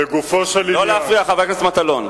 חיילי צה"ל, לא להפריע, חבר הכנסת מטלון.